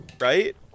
right